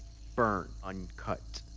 burn. uncut.